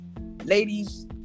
ladies